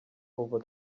over